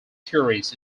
theories